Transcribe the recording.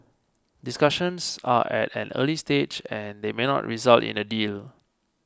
discussions are at an early stage and they may not result in a deal